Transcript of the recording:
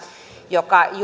joka